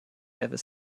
ever